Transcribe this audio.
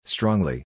Strongly